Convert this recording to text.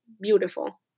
beautiful